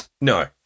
No